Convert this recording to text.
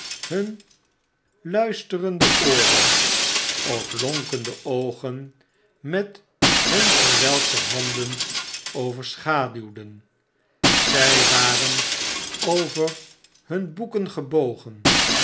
terwfllzyhun lnisterende ooren of lonkende oogen met hun verwelkte handen overschaduwden zg waren over hun boeken gebogen